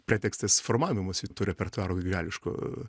pretekstas formavimosi repertuaro grigališko